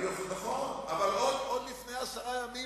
נכון, אבל עוד לפני עשרה ימים